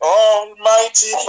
Almighty